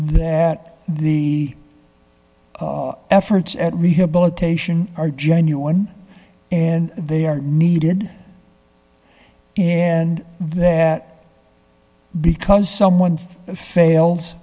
that the efforts at rehabilitation are genuine and they are needed and that because someone fails